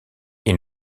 ils